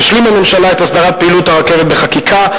תשלים הממשלה את הסדרת פעילות הרכבת בחקיקה,